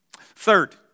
Third